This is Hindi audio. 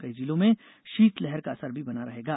कई जिलों में शीतलहर का असर भी बना रहेगा